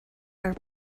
are